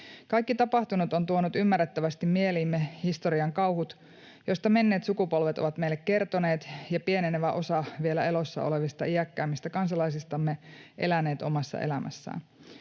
Kaikki tapahtunut on tuonut ymmärrettävästi mieliimme historian kauhut, joista menneet sukupolvet ovat meille kertoneet ja jotka pienenevä osa vielä elossa olevista iäkkäämmistä kansalaisistamme on elänyt omassa elämässään.